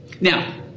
Now –